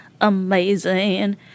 amazing